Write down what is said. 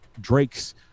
Drake's